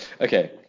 Okay